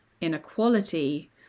inequality